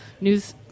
news